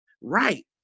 Right